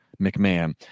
McMahon